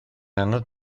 anodd